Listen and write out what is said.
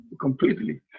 completely